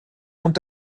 und